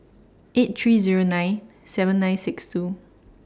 eight three Zero nine seven nine six two